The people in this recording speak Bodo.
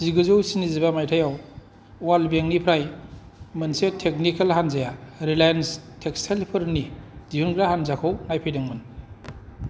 जिगुजौ स्निजिबा मायथाइआव वार्ल्ड बैंकनिफ्राय मोनसे टेकनिकेल हानजाया रिलायेन्स टेक्सटाइल्सफोरनि दिहुनग्रा हानजाखौ नायफैदोंमोन